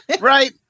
Right